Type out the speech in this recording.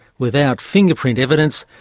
without fingerprint evidence,